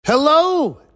Hello